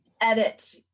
edit